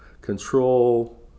control